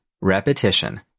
Repetition